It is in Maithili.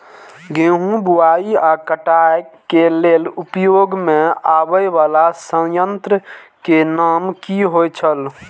गेहूं बुआई आ काटय केय लेल उपयोग में आबेय वाला संयंत्र के नाम की होय छल?